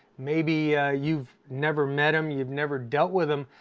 maybe you've never met him, you've never dealt with him,